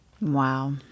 Wow